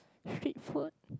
street food